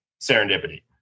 serendipity